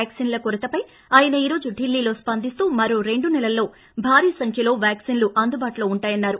vaccine కొరతపై ఆయన ఈరోజు ఢిల్లీలో స్పందిస్తూ మరో రెండు నెలల్లో భారీ సంఖ్యలో వ్యాక్సిన్లు అందుబాటులో ఉంటాయన్నారు